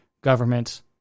government